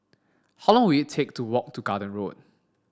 how long will it take to walk to Garden Road